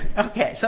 okay, so